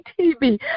TV